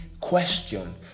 question